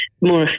more